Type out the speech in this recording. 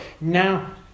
Now